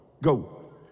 go